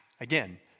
again